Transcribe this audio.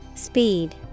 Speed